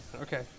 Okay